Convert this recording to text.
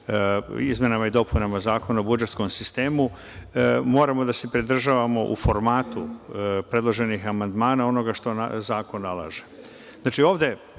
Izmenama i dopunama Zakona o budžetskom sistemu, moramo da se pridržavamo u formatu predloženih amandmana i onoga što zakon nalaže. Znači, ovde